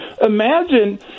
imagine